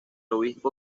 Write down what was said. obispo